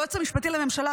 היועץ המשפטי לממשלה,